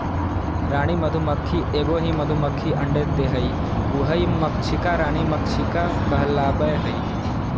रानी मधुमक्खी एगो ही मधुमक्खी अंडे देहइ उहइ मक्षिका रानी मक्षिका कहलाबैय हइ